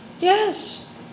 Yes